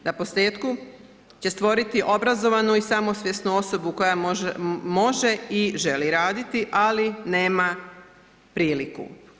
Naposlijetku će stvoriti obrazovanu i samosvjesnu osobu koja može i želi raditi, ali nema priliku.